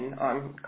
on